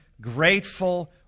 grateful